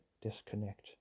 disconnect